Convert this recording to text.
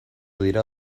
dira